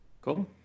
Cool